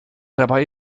dabei